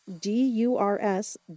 d-u-r-s